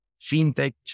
fintech